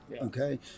okay